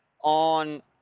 on